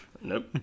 Nope